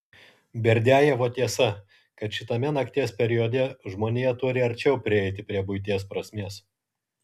berdiajevo tiesa kad šitame nakties periode žmonija turi arčiau prieiti prie buities prasmės